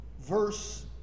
verse